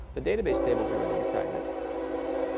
the database tables are going to be private.